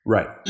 Right